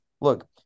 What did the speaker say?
look